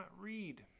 read